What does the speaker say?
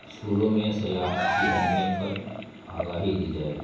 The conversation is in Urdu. اسکولوں میں سیاحت کی اہمیت پر آگہی دی جائے